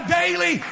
daily